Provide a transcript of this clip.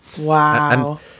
wow